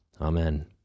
Amen